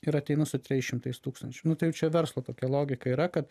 ir ateinu su trejais šimtais tūkstančių nu tai jau čia verslo tokia logika yra kad